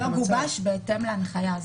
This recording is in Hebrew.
המתווה כולו גובש בהתאם להנחייה.